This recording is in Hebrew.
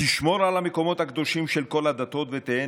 תשמור על המקומות הקדושים של כל הדתות ותהיה